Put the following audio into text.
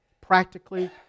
practically